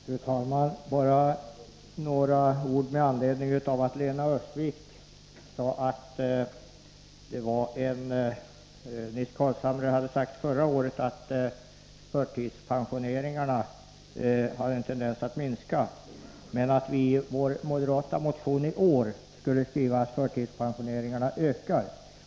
Fru talman! Låt mig bara säga några ord med anledning av det Lena Öhrsvik anförde om att Nils Carlshamre förra året hade sagt att förtidspensioneringarna har en tendens att minska men att vi i vår moderata motion i år har skrivit att förtidspensioneringarna ökar.